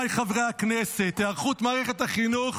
היערכות מערכת החינוך